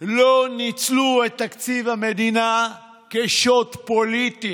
לא ניצלו את תקציב המדינה כשוט פוליטי,